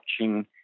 watching